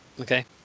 Okay